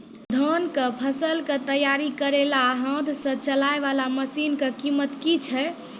धान कऽ फसल कऽ तैयारी करेला हाथ सऽ चलाय वाला मसीन कऽ कीमत की छै?